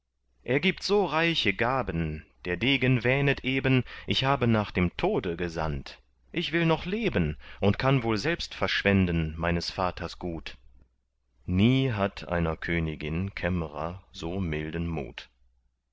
er gibt so reiche gaben der degen wähnet eben ich habe nach dem tode gesandt ich will noch leben und kann wohl selbst verschwenden meines vaters gut nie hatt einer königin kämmerer so milden mut